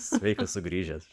sveikas sugrįžęs